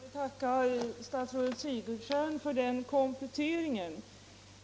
Herr talman! Jag tackar statsrådet Sigurdsen för den kompletteringen.